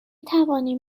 توانیم